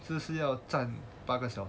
所以是要站八个小时